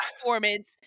performance